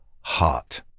heart